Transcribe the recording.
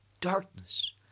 darkness